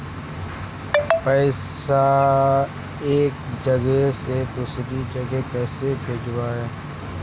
पैसा एक जगह से दुसरे जगह कैसे भेजवय?